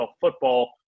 football